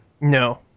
No